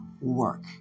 work